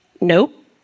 Nope